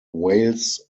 wales